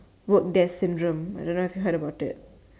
work desk syndrome I don't know if you've heard about it